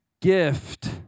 gift